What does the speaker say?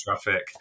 traffic